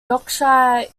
yorkshire